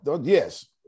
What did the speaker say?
Yes